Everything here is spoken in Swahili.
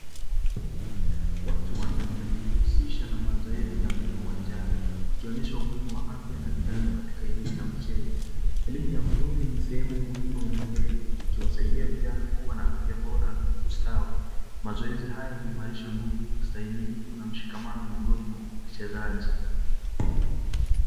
Watu wanne wanajihusisha na mazoezi ya mbio uwanjani, wakionyesha umuhimu wa afya na nidhamu katika michezo. Elimu ya mwili ni sehemu muhimu ya malezi kuwasaidia vijana kua na afya bora na kustawi. Mazoezi haya huimarisha nguvu ustamilifu miongoni mwa wachezaji.